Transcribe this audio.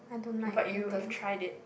but you have tried it